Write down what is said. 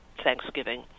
Thanksgiving